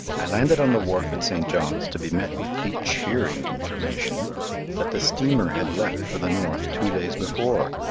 i landed on the wharf at st. john's to be met with the cheering information that the steamer had left for the north two days before.